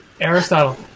Aristotle